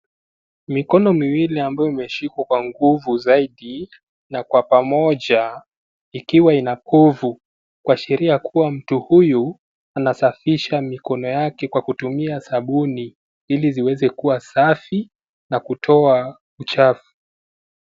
Mikono miwili ambayo imeshika kwa nguvu zaidi na kwa pamoja ikiwa inanguvu kuashiria kuwa mtu huyu anasafisha mikono yake kwa kutumia sabuni ili ziweze kuwa safi na kutoa uchafu.